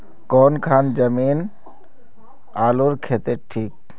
कौन खान जमीन आलूर केते ठिक?